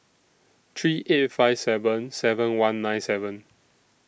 three eight five seven seven one nine seven